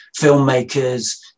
filmmakers